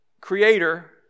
creator